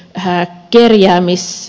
pyhää kirjaamiss